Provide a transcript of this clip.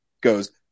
goes